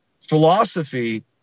philosophy